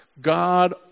God